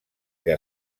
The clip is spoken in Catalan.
que